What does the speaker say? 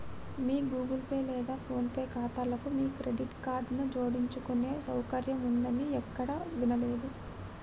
మీ Google Pay లేదా PhonePe ఖాతాలకు మీ క్రెడిట్ కార్డులను జోడించుకునే సౌకర్యం ఉందని ఎక్కడా వినలేదే